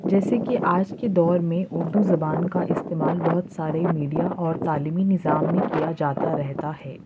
جیسے کہ آج کے دور میں اردو زبان کا استعمال بہت سارے میڈیا اور تعلیمی نظام میں کیا جاتا رہتا ہے